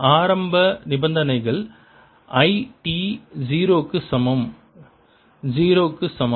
ஆரம்ப நிபந்தனைகள் I t 0 க்கு சமம் 0 க்கு சமம்